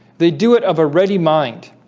they do it of a ready mind